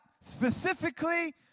specifically